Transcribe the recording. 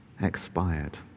Expired